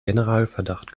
generalverdacht